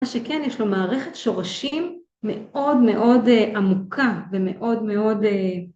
שכן יש לו מערכת שורשים מאוד מאוד עמוקה, ומאוד מאוד